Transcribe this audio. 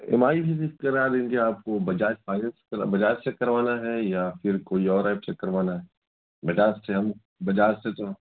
M آئی کرا دیں گے آپ کو بجاج فائننس بجاج سے کروانا ہے یا پھر کوئی اور ایپ سے کروانا ہے بجاج سے ہم بجاج سے تو